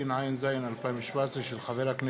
נתקבלה.